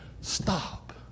stop